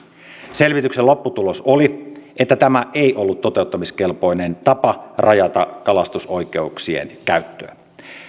selvityksen lopputulos oli että tämä ei ollut toteuttamiskelpoinen tapa rajata kalastusoikeuksien käyttöä